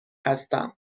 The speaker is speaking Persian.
هستم